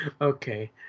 Okay